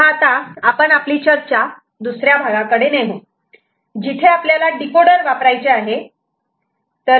आता आपण आपली चर्चा दुसऱ्या भागाकडे नेऊ जिथे आपल्याला डीकोडर वापरायचे आहे